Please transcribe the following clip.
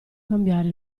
cambiare